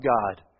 God